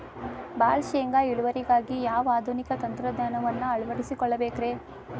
ಭಾಳ ಶೇಂಗಾ ಇಳುವರಿಗಾಗಿ ಯಾವ ಆಧುನಿಕ ತಂತ್ರಜ್ಞಾನವನ್ನ ಅಳವಡಿಸಿಕೊಳ್ಳಬೇಕರೇ?